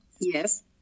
Yes